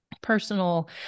personal